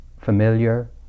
familiar